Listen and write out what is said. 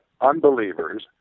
unbelievers